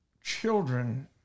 children